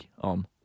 on